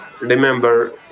remember